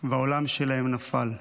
והעולם שלהן נפל.